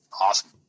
awesome